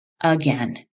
Again